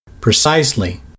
Precisely